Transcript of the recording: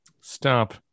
Stop